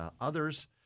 others